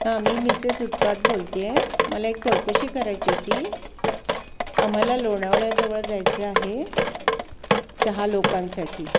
हां मी मिसेस उत्पात बोलते आहे मला एक चौकशी करायची होती आम्हाला लोणावळ्याजवळ जायचं आहे सहा लोकांसाठी